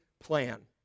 plan